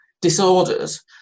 disorders